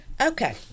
okay